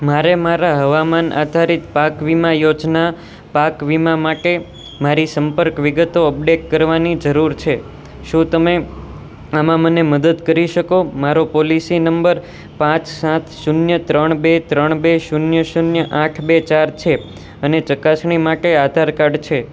મારે મારા હવામાન આધારિત પાક વીમા યોજના પાક વીમા માટે મારી સંપર્ક વિગતો અપડેટ કરવાની જરૂર છે શું તમે આમાં મને મદદ કરી શકો મારો પોલિસી નંબર પાંચ સાત શૂન્ય ત્રણ બે ત્રણ બે શૂન્ય શૂન્ય આઠ બે ચાર છે અને ચકાસણી માટે આધાર કાર્ડ છે